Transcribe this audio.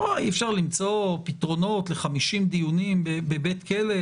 אי אפשר למצוא פתרונות ל-50 דיונים בבית כלא,